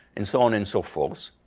and so on and so forth.